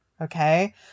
okay